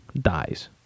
dies